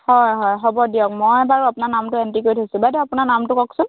হয় হয় হ'ব দিয়ক মই বাৰু আপোনাৰ নামটো এণ্ট্ৰি কৰি থৈছো বাইদেউ আপোনাৰ নামটো কওকচোন